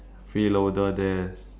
freeloader there